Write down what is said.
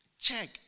Check